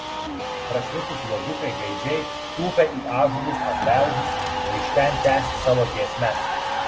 prašvitus juodukai gaidžiai tūpė į ąžuolus ar beržus ir iš ten tęsė savo giesmes